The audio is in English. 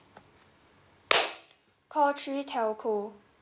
call three telco